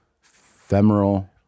Femoral